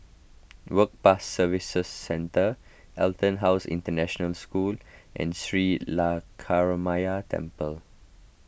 Work Pass Services Centre EtonHouse International School and Sri Lankaramaya Temple